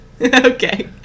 okay